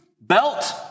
belt